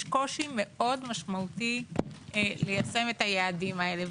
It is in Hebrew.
קושי מאוד משמעותי ליישם את היעדים האלה.